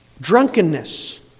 Drunkenness